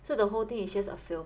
so the whole thing is just a film